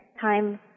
time